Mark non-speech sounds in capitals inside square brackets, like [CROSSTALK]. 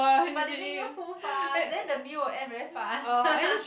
but they make you full fast then the meal will end very fast [LAUGHS]